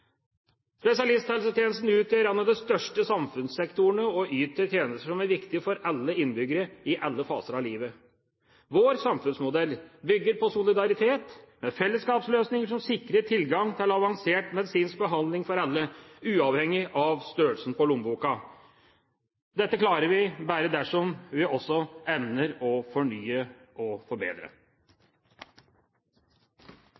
Spesialisthelsetjenesten utgjør en av de største samfunnssektorene og yter tjenester som er viktige for alle innbyggere, i alle faser av livet. Vår samfunnsmodell bygger på solidaritet, med fellesskapsløsninger som sikrer tilgang til avansert medisinsk behandling for alle, uavhengig av størrelsen på lommeboka. Dette klarer vi bare dersom vi også evner å fornye og forbedre.